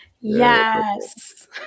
Yes